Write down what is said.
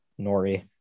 Nori